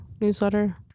newsletter